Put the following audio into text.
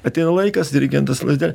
atėjo laikas dirigentas lazdelė